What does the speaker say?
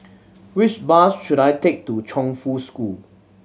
which bus should I take to Chongfu School